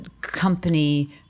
company